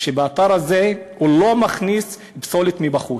שלאתר הזה הוא לא מכניס פסולת מבחוץ,